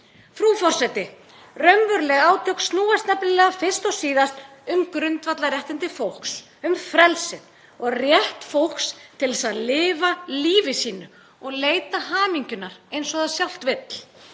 Frú forseti. Raunveruleg átök snúast nefnilega fyrst og síðast um grundvallarréttindi fólks, um frelsið og rétt fólks til þess að lifa lífi sínu og leita hamingjunnar eins og það sjálft vill